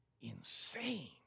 insane